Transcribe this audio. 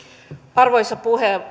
arvoisa